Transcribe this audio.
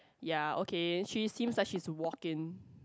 ya okay she is thin such is she walking